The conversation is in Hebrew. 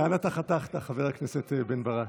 לאן אתה חתכת, חבר הכנסת בן ברק?